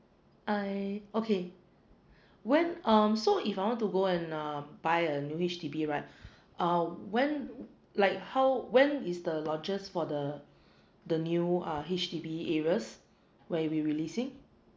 I okay when um so if I want to go and uh buy a new H_D_B right uh when like how when is the launches for the the new uh H_D_B areas where we'll be leasing